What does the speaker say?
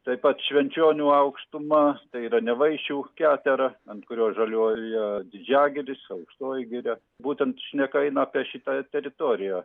taip pat švenčionių aukštuma tai yra nevaišių ketera ant kurios žaliuoja didžiagiris aukštoji giria būtent šneka eina apie šitą teritoriją